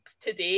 today